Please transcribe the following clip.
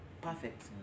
perfect